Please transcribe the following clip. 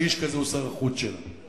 שאיש כזה הוא שר חוץ שלה.